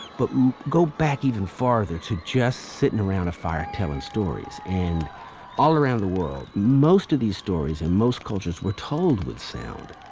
but go back even further to just sitting around a fire telling stories, and all around the world most of these stories in most cultures were told with sound.